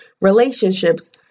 relationships